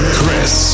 Chris